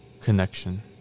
connection